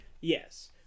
Yes